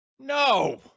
No